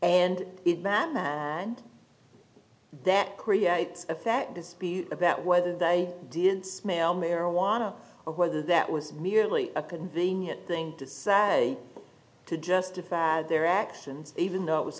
and it man that creates a fact dispute about whether they did smell marijuana or whether that was merely a convenient thing to say to justify their acts and even though it was